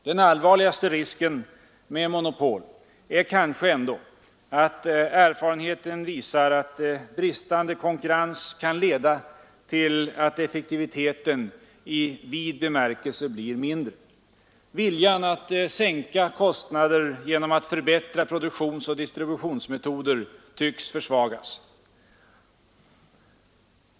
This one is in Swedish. Den allvarligaste risken med monopol är kanske ändå att erfarenheten visar att bristande konkurrens kan leda till att effektiviteten i vid bemärkelse blir mindre. Viljan att sänka kostnader genom att förbättra produktionsoch distributionsmetoder tycks försvagas.